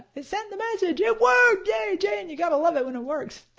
it's in the message. it worked, yay jane, you gotta love it when it works!